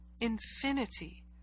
infinity